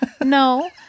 No